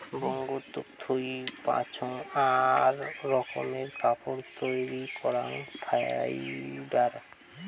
বঙ্গতুক থুই পাইচুঙ আক রকমের কাপড় তৈরী করাং ফাইবার